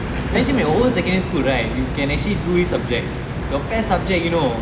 imagine your whole secondary school right you can actually do this subject your best subject you know